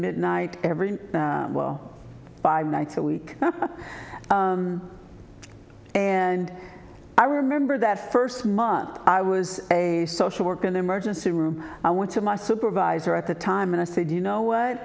midnight every well five nights a week and i remember that first month i was a social worker in the emergency room i went to my supervisor at the time and i said you know what